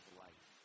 life